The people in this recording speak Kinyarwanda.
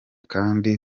kandi